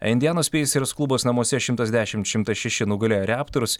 indianos peisers klubas namuose šimtas dešimt šimtas šeši nugalėjo reptors